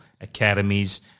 academies